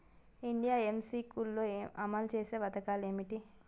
India MCQ లో అమలు చేసిన పథకాలు ఏమిటి?